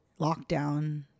lockdown